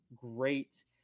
great